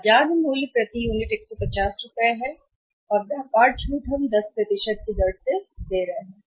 बाजार मूल्य प्रति यूनिट है रुपये 150 और व्यापार छूट कितनी है कम व्यापार छूट हम 10 की दर से दे रहे हैं